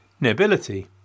nobility